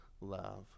love